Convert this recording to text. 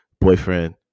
boyfriend